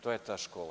To je ta škola.